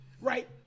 right